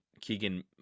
Keegan